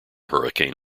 hurricane